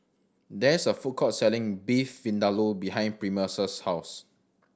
there is a food court selling Beef Vindaloo behind Primus' house